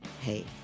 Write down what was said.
Hey